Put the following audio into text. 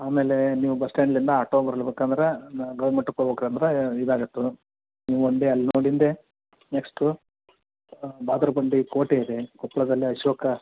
ಆಮೇಲೆ ನೀವು ಬಸ್ ಸ್ಟ್ಯಾಂಡಿಂದ ಆಟೋ ಬರ್ಲ್ಬೇಕಂದ್ರೆ ನಾ ಗವಿ ಮಠಕ್ಕೆ ಹೋಗ್ಬೇಕಂದ್ರೆ ಇದಾಗತ್ತೆ ನೀವು ಒಂದೇ ಅಲ್ಲಿ ನೋಡಿಂದೆ ನೆಕ್ಸ್ಟು ಬಹದ್ದೂರು ಬಂಡಿ ಕೋಟೆಯಿದೆ ಕೊಪ್ಪಳದಲ್ಲಿ ಅಶೋಕ